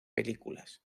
películas